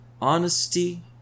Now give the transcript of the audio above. honesty